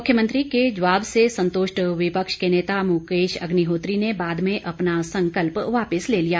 मुख्यमंत्री के जवाब से संतृष्ट विपक्ष के नेता मुकेश अग्निहोत्री ने बाद में अपना संकल्प वापिस ले लिया